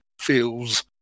feels